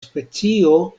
specio